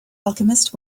alchemist